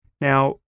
Now